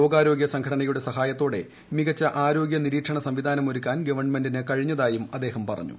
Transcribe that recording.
ലോകാരോഗ്യ സംഘടനയുടെ സഹായത്തോടെ മികച്ച ആരോഗൃ നിരീക്ഷണ സംവിധാനമൊരുക്കാൻ ഗവൺമെന്റിന് കഴിഞ്ഞതായി അദ്ദേഹം പറഞ്ഞു